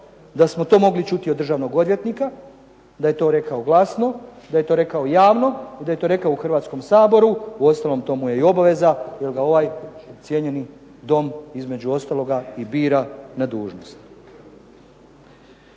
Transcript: da smo to mogli čuti od državnog odvjetnika, da je to rekao glasno, da je to rekao javno i da je to rekao u Hrvatskom saboru, u ostalom to mu je i obaveza jer ga ovaj cijenjeni Dom između ostaloga i bira na dužnost.